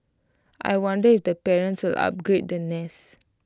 I wonder if the parents will upgrade the nest